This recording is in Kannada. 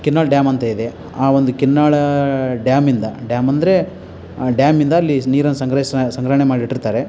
ಕಿನ್ನಾಳ ಡ್ಯಾಮ್ ಅಂತ ಇದೆ ಆ ಒಂದು ಕಿನ್ನಾಳ ಡ್ಯಾಮಿಂದ ಡ್ಯಾಮ್ ಅಂದರೆ ಆ ಡ್ಯಾಮಿಂದ ಅಲ್ಲಿ ನೀರನ್ನು ಸಂಗ್ರಹಿಸಿ ಸಂಗ್ರಹಣೆ ಮಾಡಿಟ್ಟಿರ್ತಾರೆ